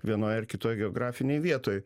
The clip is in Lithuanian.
vienoj ar kitoj geografinėj vietoj